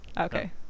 Okay